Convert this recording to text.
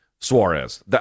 Suarez